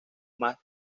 más